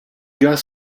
gars